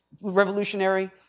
revolutionary